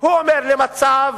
הוא אומר לי: מצב